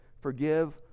forgive